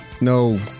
No